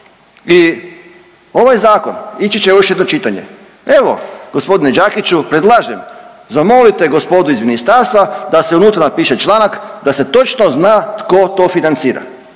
I ovaj zakon ići će u još jedno čitanje, evo gospodine Đakiću predlažem zamolite gospodu iz ministarstva da se unutra napiše članak da se točno zna tko to financira.